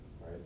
right